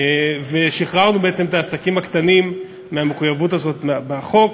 ושחררנו בעצם את העסקים הקטנים מהמחויבות הזאת בחוק.